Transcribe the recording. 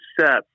set